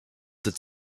that